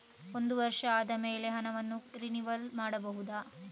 ಒಂದು ವರ್ಷ ಆದಮೇಲೆ ಹಣವನ್ನು ರಿನಿವಲ್ ಮಾಡಬಹುದ?